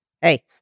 Hey